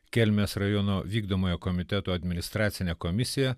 kelmės rajono vykdomojo komiteto administracinė komisija